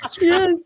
Yes